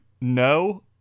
no